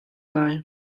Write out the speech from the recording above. lai